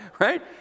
Right